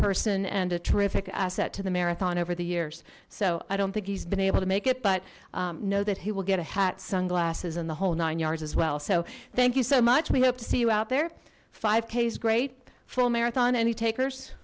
person and a terrific asset to the marathon over the years so i don't think he's been able to make it but know that he will get a hat sunglasses and the whole nine yards as well so thank you so much we hope to see you out there k is great full marathon any takers